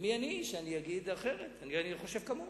ומי אני שאגיד אחרת, אני חושב כמוהו.